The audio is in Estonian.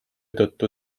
tõttu